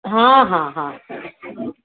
ହଁ ହଁ ହଁ